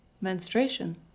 menstruation